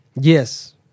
Yes